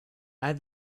add